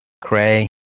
Cray